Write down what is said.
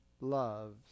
loves